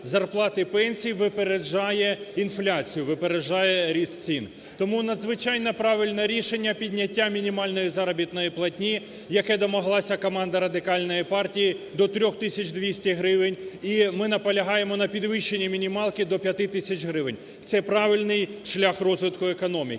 зарплат і пенсій випереджає інфляцію, випереджає ріст цін. Тому надзвичайно правильне рішення – підняття мінімальної заробітної платні, яке домоглася команда Радикальної партії, до 3 тисяч 200 гривень. І ми наполягаємо на підвищенні мінімалки до 5 тисяч гривень, це правильний шлях розвитку економіки.